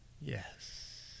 Yes